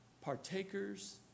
partakers